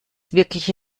wirkliche